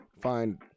find